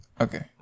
Okay